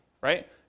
right